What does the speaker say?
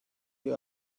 you